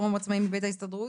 פורום עצמאים מבית ההסתדרות,